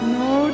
no